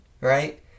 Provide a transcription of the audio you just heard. Right